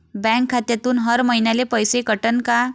Bank खात्यातून हर महिन्याले पैसे कटन का?